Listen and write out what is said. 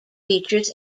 features